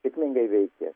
sėkmingai veikia